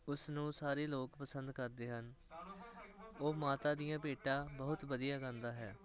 ਉਸਨੂੰ ਸਾਰੇ ਲੋਕ ਪਸੰਦ ਕਰਦੇ ਹਨ ਉਹ ਮਾਤਾ ਦੀਆਂ ਭੇਟਾਂ ਬਹੁਤ ਵਧੀਆ ਗਾਉਂਦਾ ਹੈ